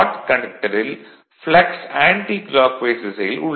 கண்டக்டரில் flux anticlockwise திசையில் உள்ளது